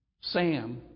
Sam